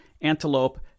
antelope